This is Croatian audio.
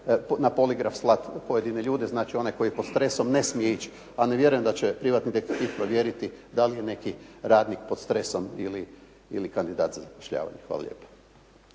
na poligraf slati pojedine ljude. Znači one koji pod stresom ne smije ići, a ne vjerujem da će privatni detektiv provjeriti da li je neki radnik pod stresom ili kandidat za zapošljavanje. Hvala lijepo.